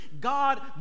God